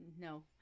No